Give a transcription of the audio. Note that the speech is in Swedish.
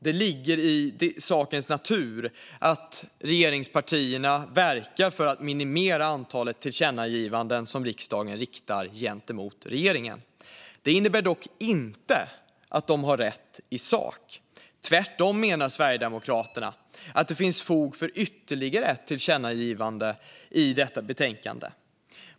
Det ligger i sakens natur att regeringspartierna verkar för att minimera antalet tillkännagivanden som riksdagen riktar gentemot regeringen. Det innebär dock inte att de har rätt i sak. Tvärtom menar Sverigedemokraterna att det finns fog för att föreslå ytterligare ett tillkännagivande i detta betänkande.